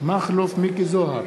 מכלוף מיקי זוהר,